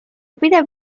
pidev